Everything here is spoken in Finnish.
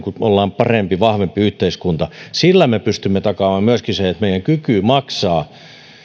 olemme parempi vahvempi yhteiskunta sillä me pystymme takaamaan myöskin meidän kykymme maksaa